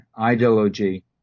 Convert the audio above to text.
ideology